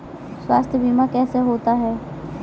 स्वास्थ्य बीमा कैसे होता है?